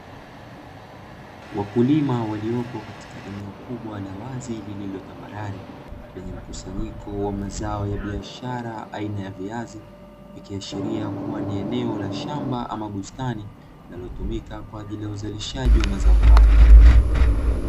Wakulima waliopo katika eneo kubwa la wazi lililo tambarare; lenye mkusanyiko wa mazao ya biashara aina ya viazi, likiashiria kuwa ni eneo la shamba ama bustani linalotumika kwa ajili ya uzalishaji wa mazao hayo.